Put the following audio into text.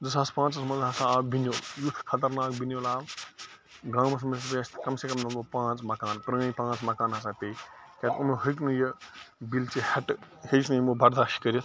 زٕ ساس پٲنٛژَس منٛز ہسا آو بنیٛل یُتھ خطرناک بنیٛل آو گامَس منٛز پیٚے اسہِ کَم سے کَم لگ بھگ پانٛژھ مکان پرٛٲنۍ پانٛژھ مکان ہَسا پیٚے کیٛازِ یِمو ہیٚکۍ نہٕ یہِ بُِنلچہِ ہیٚٹہٕ ہیٚچۍ نہٕ یِمو برداشت کٔرِتھ